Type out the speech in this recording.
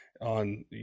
on